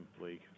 league